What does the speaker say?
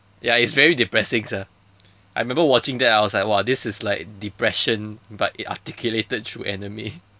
ya it's very depressing sia I remember watching that I was like !wah! this is like depression but it articulated through anime